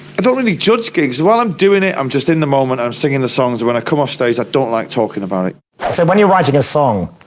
i don't really judge gigs, while i'm doing it, i'm just in the moment, i'm singing the songs, when i come offstage, i don't like talking about so when you're writing a song,